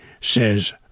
says